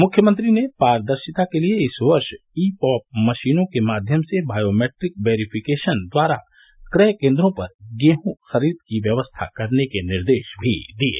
मुख्यमंत्री ने पारदर्शिता के लिये इस वर्ष ई पॉप मशीनों के माध्यम से बायोमेट्रिक बेरिफिकेशन द्वारा क्रय केन्द्रों पर गेहूँ खरीद की व्यवस्था करने के निर्देश भी दिये